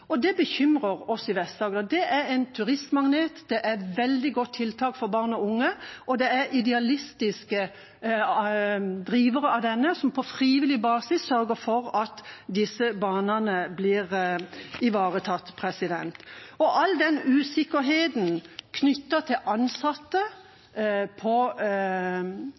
Det bekymrer oss i Vest-Agder. Det er en turistmagnet, det er et veldig godt tiltak for barn og unge, og det er idealistiske drivere som på frivillig basis sørger for at disse banene blir ivaretatt.